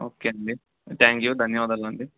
okay అండి thank you ధన్యవాదాలు అండి